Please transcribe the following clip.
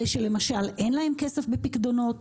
אלה שלמשל אין להם כסף בפיקדונות,